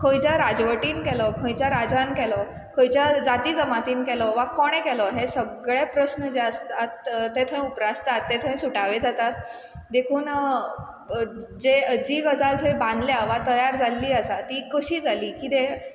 खंयच्या राजवटीन केलो खंयच्या राजान केलो खंयच्या जाती जमातीन केलो वा कोणें केलो हे सगळे प्रस्न जे आसतात ते थंय उप्रासतात ते थंय सुटावे जातात देखून जे जी गजाल थंय बानल्या वा तयार जाल्ली आसा ती कशी जाली किदें